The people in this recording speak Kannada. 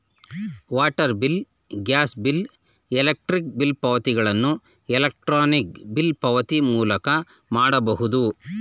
water bill, gas bill, electric bill ಪಾವತಿಗಳನ್ನು ಎಲೆಕ್ರಾನಿಕ್ ಬಿಲ್ ಪಾವತಿ ಮೂಲಕ ಮಾಡಬಹುದು